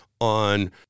on